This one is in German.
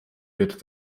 wird